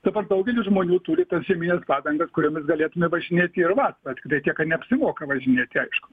dabar daugelis žmonių turi tas žiemines padangas kuriomis galėtume važinėti ir vasarą tiktai tiek kad neapsimoka važinėti aišku